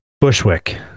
Bushwick